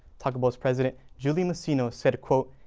taco bell's president, julie masino, said a quote,